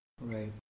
Right